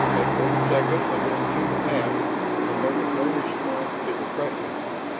as one second and then two passed and there was no response to the pressure,